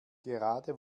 gerade